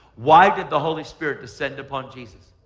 why did the holy spirit descend upon jesus?